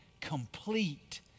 complete